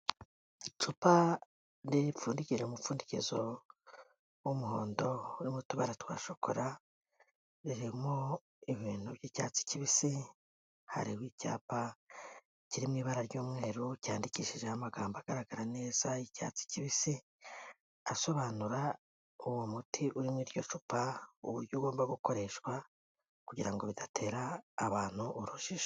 Icupa ripfundikije umupfundikizo w'umuhondo urimo utubara twa shokora, ririmo ibintu by'icyatsi kibisi; hariho icyapa kiri mu ibara ry'umweru, cyandikishijeho amagambo agaragara neza y'icyatsi kibisi; asobanura uwo muti uri muri iryo cupa uburyo ugomba gukoreshwa, kugira ngo bidatera abantu urujijo.